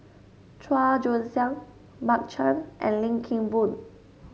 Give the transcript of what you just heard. Chua Joon Siang Mark Chan and Lim Kim Boon